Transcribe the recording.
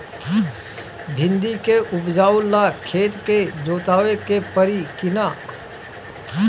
भिंदी के उपजाव ला खेत के जोतावे के परी कि ना?